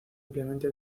ampliamente